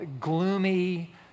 gloomy